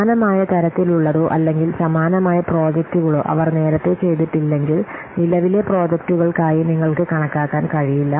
സമാനമായ തരത്തിലുള്ളതോ അല്ലെങ്കിൽ സമാനമായ പ്രോജക്ടുകളോ അവർ നേരത്തെ ചെയ്തിട്ടില്ലെങ്കിൽ നിലവിലെ പ്രോജക്റ്റുകൾക്കായി നിങ്ങൾക്ക് കണക്കാക്കാൻ കഴിയില്ല